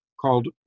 called